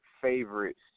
favorites